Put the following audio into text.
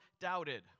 doubted